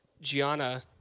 Gianna